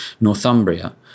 Northumbria